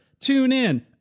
TuneIn